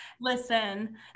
listen